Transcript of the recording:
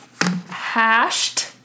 hashed